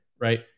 right